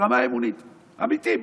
ברמה האמונית, אמיתי.